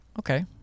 Okay